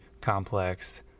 Complex